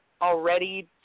already